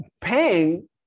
paying